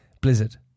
blizzard